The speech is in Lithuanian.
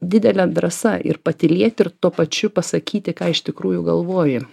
didelė drąsa ir patylėti ir tuo pačiu pasakyti ką iš tikrųjų galvoji